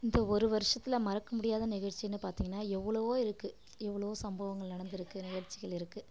இந்த ஒரு வருடத்துல மறக்க முடியாத நிகழ்ச்சின்னு பார்த்தீங்கன்னா எவ்ளோவோ இருக்குது எவ்வளோ சம்பவங்கள் நடந்துருக்குது நிகழ்ச்சிகள் இருக்குது